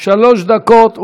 שלוש דקות.